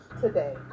today